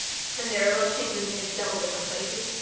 and there are those chinks in in several different places,